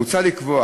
מוצע לקבוע